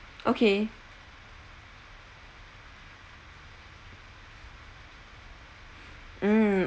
okay mm